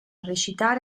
recitare